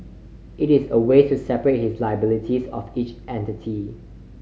it is a way to separate the liabilities of each entity